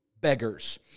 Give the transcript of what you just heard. beggars